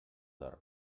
dorm